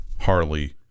Harley